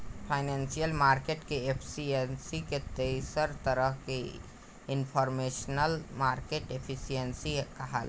financial market के efficiency के तीसर तरह के इनफॉरमेशनल मार्केट एफिशिएंसी कहाला